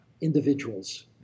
individuals